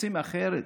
רוצים אחרת,